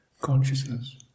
consciousness